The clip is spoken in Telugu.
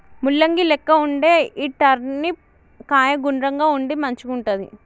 ముల్లంగి లెక్క వుండే ఈ టర్నిప్ కాయ గుండ్రంగా ఉండి మంచిగుంటది